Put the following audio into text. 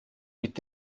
mit